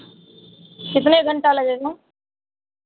कितने घंटा लगेगा